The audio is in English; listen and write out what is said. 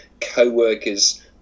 co-workers